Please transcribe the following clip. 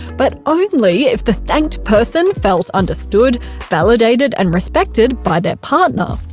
but only if the thanked person felt understood, validated, and respected by their partner.